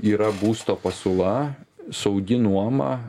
yra būsto pasiūla saugi nuoma